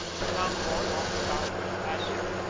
the con cord off the mouth of the pasig,